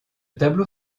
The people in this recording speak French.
tableau